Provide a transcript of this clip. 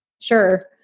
Sure